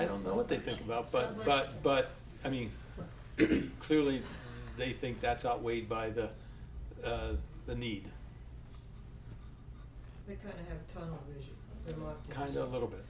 i don't know what they think about but but but i mean clearly they think that's outweighed by that the need was kind of a little bit